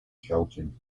shouting